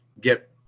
get